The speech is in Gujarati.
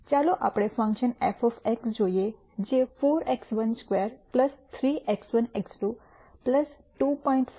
ચાલો આપણે ફંક્શન f જોઈએ જે 4 x12 3 x1 x2 2